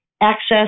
access